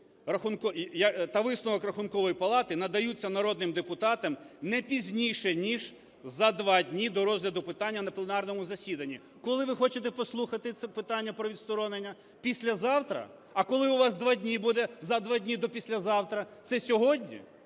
та висновок Рахункової палати надаються народним депутатами не пізніше, ніж за два дні до розгляду питання на пленарному засіданні". Коли ви хочете послухати це питання про відсторонення? Післязавтра? А коли у вас два дні буде за два дні до післязавтра? Це сьогодні?